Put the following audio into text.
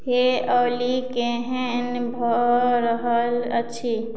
हे ऑली केहन भऽ रहल अछि